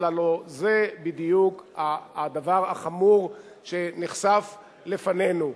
אבל הלוא זה בדיוק הדבר החמור שנחשף לפנינו,